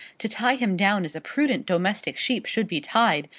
to tie him down as a prudent domestic sheep should be tied,